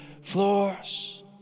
floors